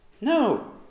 No